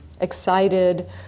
excited